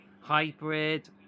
hybrid